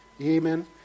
Amen